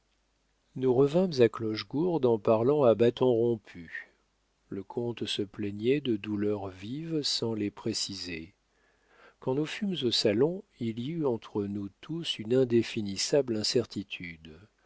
nous revînmes à clochegourde en parlant à bâtons rompus le comte se plaignait de douleurs vives sans les préciser quand nous fûmes au salon il y eut entre nous tous une indéfinissable incertitude